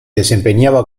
desempeñaba